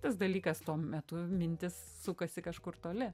tas dalykas tuo metu mintis sukasi kažkur toli